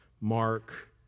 Mark